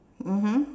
mmhmm